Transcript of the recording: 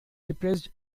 depressed